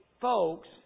folks